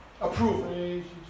Approval